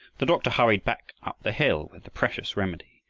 the doctor hurried back up the hill with the precious remedy.